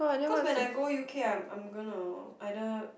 cause when I go u_k I'm I'm gonna either